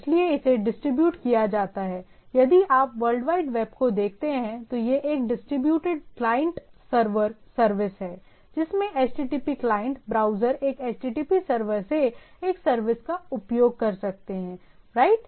इसलिए इसे डिस्ट्रीब्यूट किया जाता है यदि आप वर्ल्ड वाइड वेब को देखते हैं तो यह एक डिस्ट्रीब्यूटेड क्लाइंट सर्वर सर्विस है जिसमें HTTP क्लाइंट ब्राउज़र एक HTTP सर्वर से एक सर्विस का उपयोग कर सकते हैं राइट